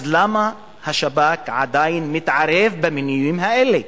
אז למה השב"כ עדיין מתערב במינויים האלה?